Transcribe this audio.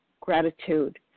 gratitude